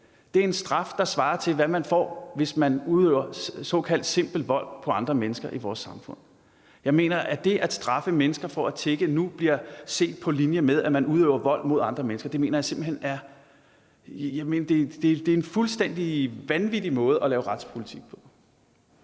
Det er en straf, der svarer til, hvad man får, hvis man udøver såkaldt simpel vold over for andre mennesker i vores samfund. Jeg mener, at det at straffe mennesker for at tigge bliver set på linje med, at man udøver vold mod andre mennesker. Det mener jeg simpelt hen er en fuldstændig vanvittig måde at lave retspolitik på.